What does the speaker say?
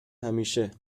همیشه